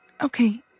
Okay